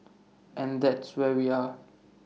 and that's where we are